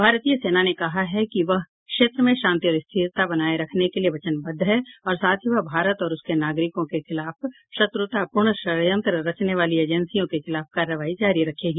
भारतीय सेना ने कहा है कि वह क्षेत्र में शांति और स्थिरता बनाये रखने के लिए वचनबद्ध है साथ ही वह भारत और उसके नागरिकों के खिलाफ शत्रुतापूर्ण षड्यंत्र रचने वाली एजेंसियों के खिलाफ कार्रवाई जारी रखेगी